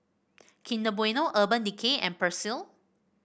Kinder Bueno Urban Decay and Persil